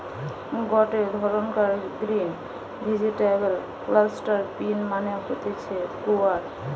গটে ধরণকার green vegetable cluster bean মানে হতিছে গুয়ার